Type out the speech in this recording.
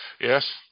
Yes